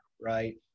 right